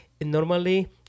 Normally